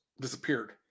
disappeared